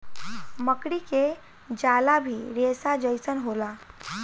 मकड़ी के जाला भी रेसा जइसन होला